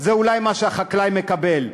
זה אולי מה שהחקלאי מקבל.